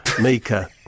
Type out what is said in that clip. Mika